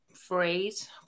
phrase